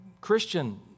Christian